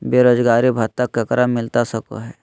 बेरोजगारी भत्ता ककरा मिलता सको है?